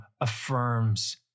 affirms